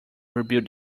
rebuild